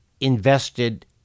invested